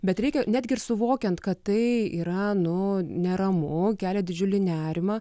bet reikia netgi ir suvokiant kad tai yra nu neramu kelia didžiulį nerimą